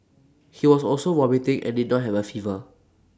he was also vomiting and did not have A fever